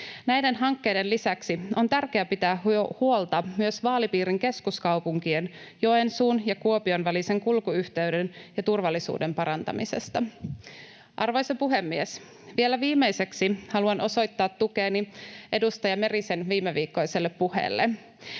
Näiden hankkeiden lisäksi on tärkeää pitää huolta myös vaalipiirin keskuskaupunkien Joensuun ja Kuopion välisen kulkuyhteyden ja sen turvallisuuden parantamisesta. Arvoisa puhemies! Vielä viimeiseksi haluan osoittaa tukeni edustaja Merisen viimeviikkoiselle puheelle.